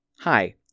Hi